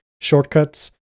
shortcuts